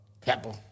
pepper